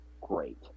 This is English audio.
great